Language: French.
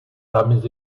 jamais